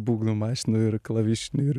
būgnų mašinų ir klavišinių ir